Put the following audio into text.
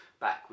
back